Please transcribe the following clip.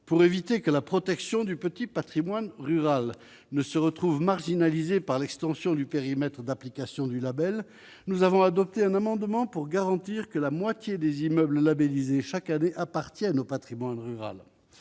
pour éviter que la protection du petit Patrimoine rural ne se retrouve marginalisés par l'extension du périmètre d'application du Label, nous avons adopté un amendement pour garantir que la moitié des immeubles labellisées chaque année appartiennent au Patrimoine rural,